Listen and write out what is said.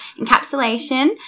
encapsulation